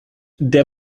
der